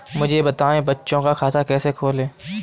मुझे बताएँ बच्चों का खाता कैसे खोलें?